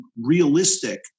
realistic